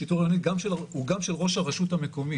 השיטור העירוני הוא גם של ראש הרשות המקומית.